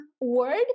word